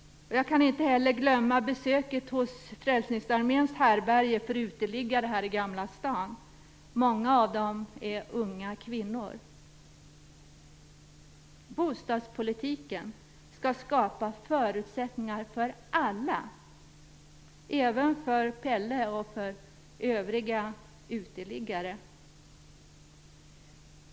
Jag kan inte heller glömma besöket på Frälsningsarméns härbärge för uteliggare här i Gamla stan. Många av uteliggarna är unga kvinnor. Bostadspolitiken skall skapa förutsättningar för alla, även för Pelle och för övriga uteliggare.